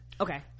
Okay